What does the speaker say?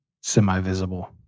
semi-visible